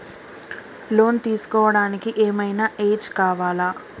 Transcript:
Loan తీస్కోవడానికి ఏం ఐనా ఏజ్ కావాలా?